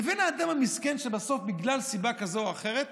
לבין האדם המסכן שבסוף בגלל סיבה כזו או אחרת